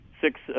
six